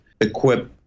equip